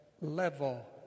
level